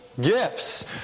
Gifts